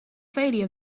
failure